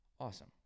awesome